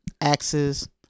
axes